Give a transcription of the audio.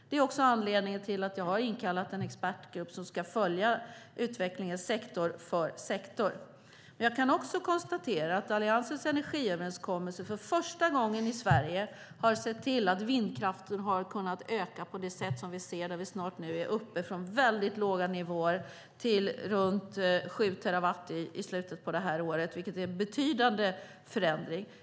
Det är också anledningen till att jag har inkallat en expertgrupp som ska följa utvecklingen sektor för sektor. Jag kan konstatera att Alliansens energiöverenskommelse för första gången i Sverige har sett till att vindkraften har kunnat öka på det sätt vi nu ser. Vi är snart uppe från väldigt låga nivåer till runt sju terawatt i slutet av detta år, vilket är en betydande förändring.